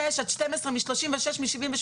מ-6 עד 12, מ-36, מ-78.